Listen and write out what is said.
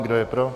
Kdo je pro?